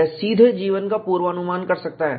यह सीधे जीवन पूर्वानुमान कर सकता है